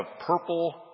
purple